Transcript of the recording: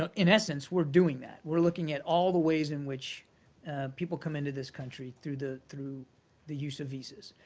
ah in essence we're doing that. we're looking at all the ways in which people come into this country through the through the use of visas.